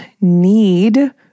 need